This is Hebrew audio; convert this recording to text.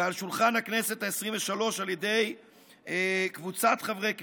ועל שולחן הכנסת העשרים-ושלוש על ידי קבוצת חברי כנסת.